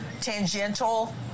tangential